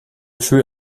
fut